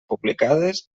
publicades